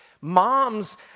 Moms